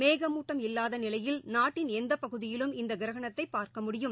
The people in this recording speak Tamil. மேகமுட்டம் இல்லாதநிலையில் நாட்டின் எந்தபகுதியிலும் இந்தகிரகணத்தைபார்க்க முடியும்